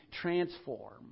transform